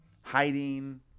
Hiding